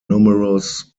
numerous